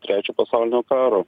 trečio pasaulinio karo